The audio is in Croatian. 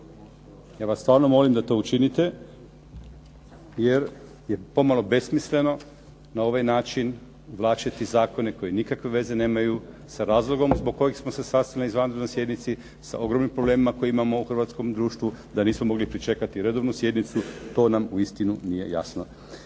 Ja vas stvarno molim da to učinite, jer je pomalo besmisleno na ovaj način uvlačiti zakone koji nikakve veze nemaju sa razlogom zbog kojeg smo se sastali na izvanrednoj sjednici, sa ogromnim problemima koje imamo u hrvatskom društvu, da nismo mogli pričekati redovnu sjednicu, to nam uistinu nije jasno.